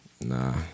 Nah